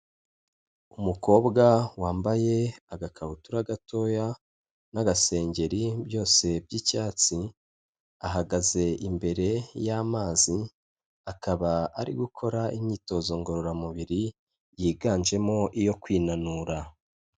Umukobwa wambaye agakabutura gatoya n'agasengeri byose by'icyatsi, ahagaze imbere y'amazi, akaba ari gukora imyitozo ngororamubiri yiganjemo iyo kwinanura.